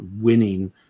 winning